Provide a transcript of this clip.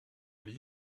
lee